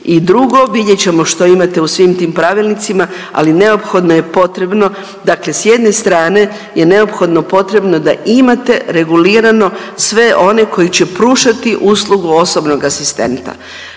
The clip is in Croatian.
I drugo, vidjet ćemo što imate u svim tim pravilnicima ali neophodno je potrebno, dakle s jedne strane je neophodno potrebno da imate regulirano sve one koji će pružati uslugu osobnog asistenta.